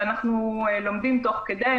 אנחנו לומדים תוך כדי,